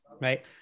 Right